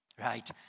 Right